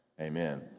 Amen